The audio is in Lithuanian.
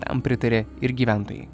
tam pritarė ir gyventojai